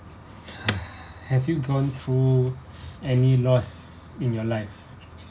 have you gone through any loss in your life